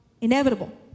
inevitable